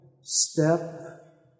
step